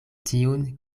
tiun